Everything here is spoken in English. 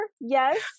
yes